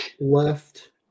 left